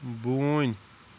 بوٗنۍ